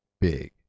big